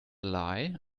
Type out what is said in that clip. lie